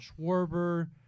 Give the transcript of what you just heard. Schwarber